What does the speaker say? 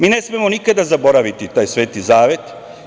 Mi ne smemo nikada zaboraviti taj sveti zavet.